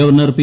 governor P